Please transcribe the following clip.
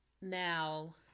Now